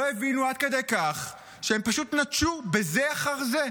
לא הבינו עד כדי כך שהם פשוט נטשו בזה אחר זה.